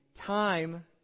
time